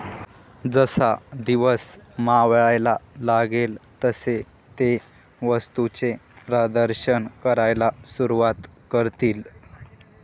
जसा दिवस मावळायला लागेल तसे ते वस्तूंचे प्रदर्शन करायला सुरुवात करतील